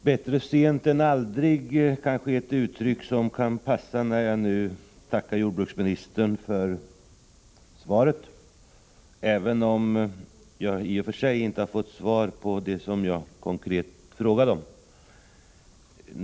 Herr talman! ”Bättre sent än aldrig” kanske är ett uttryck som kan passa när jag nu tackar jordbruksministern för svaret, även om jag i och för sig inte har fått svar på det som jag konkret frågade om.